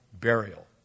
burial